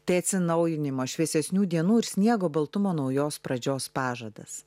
tai atsinaujinimo šviesesnių dienų ir sniego baltumo naujos pradžios pažadas